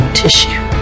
tissue